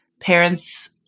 Parents